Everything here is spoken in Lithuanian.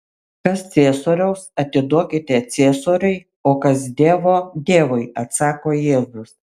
kas ciesoriaus atiduokite ciesoriui o kas dievo dievui atsako jėzus